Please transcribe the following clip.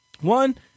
one